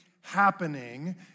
happening